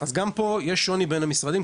גם פה יש שוני בין המשרדים,